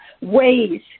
ways